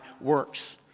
works